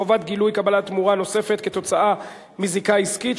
חובת גילוי קבלת תמורה נוספת כתוצאה מזיקה עסקית),